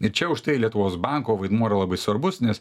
ir čia užtai lietuvos banko vaidmuo yra labai svarbus nes